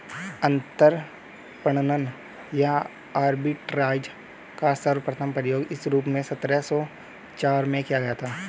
अंतरपणन या आर्बिट्राज का सर्वप्रथम प्रयोग इस रूप में सत्रह सौ चार में किया गया था